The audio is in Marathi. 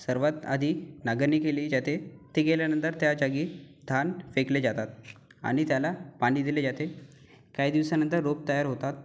सर्वात आधी नांगरणी केली जाते ते केल्यानंतर त्या जागी धान फेकले जातात आणि त्याला पाणी दिले जाते काही दिवसानंतर रोप तयार होतात